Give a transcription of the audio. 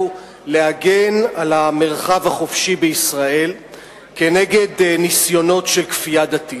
להגן על המרחב החופשי בישראל כנגד ניסיונות של כפייה דתית.